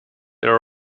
there